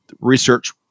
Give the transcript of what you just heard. research